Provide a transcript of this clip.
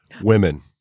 Women